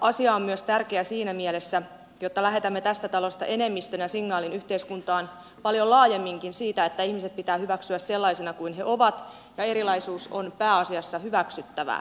asia on tärkeä myös siinä mielessä että lähetämme tästä talosta enemmistönä signaalin yhteiskuntaan paljon laajemminkin siitä että ihmiset pitää hyväksyä sellaisena kuin he ovat ja erilaisuus on pääasiassa hyväksyttävää